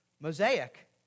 Mosaic